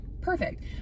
perfect